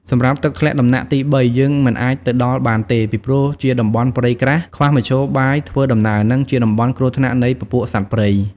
សម្រាប់ទឹកធ្លាក់ដំណាក់ទី៣ យើងមិនអាចទៅដល់បានទេ ពីព្រោះជាតំបន់ព្រៃក្រាស់ ខ្វះមធ្យោបាយធ្វើដំណើរ និង ជាតំបន់គ្រោះថ្នាក់នៃពពួកសត្វព្រៃ។